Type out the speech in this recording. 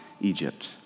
Egypt